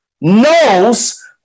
knows